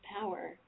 power